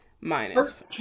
minus